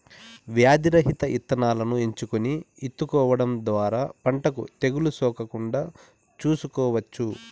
వ్యాధి రహిత ఇత్తనాలను ఎంచుకొని ఇత్తుకోవడం ద్వారా పంటకు తెగులు సోకకుండా చూసుకోవచ్చు